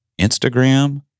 Instagram